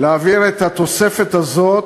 להעביר את התוספת הזאת